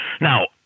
Now